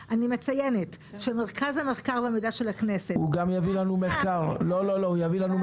אני מציינת שמרכז המידע והמחקר של הכנסת --- הוא יביא לנו מחקר חדש.